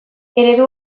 eredu